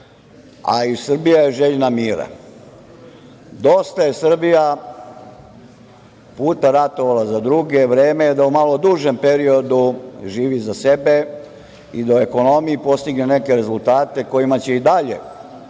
a i Srbija je željna mira. Dosta je Srbija puta ratovala za druge. Vreme je da u malo dužem periodu živi za sebe i da u ekonomiji postigne neke rezultate kojima će i dalje jačati